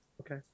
Okay